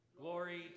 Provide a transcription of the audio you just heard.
Glory